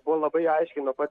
buvo labai aiškiai nuo pat